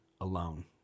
alone